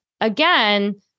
again